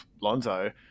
Lonzo